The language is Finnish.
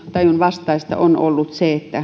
vastaista on ollut se